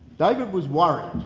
david was worried